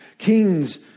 Kings